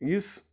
یُس